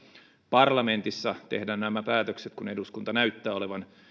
parlamentissa tehdä nämä päätökset kun eduskunta näyttää olevan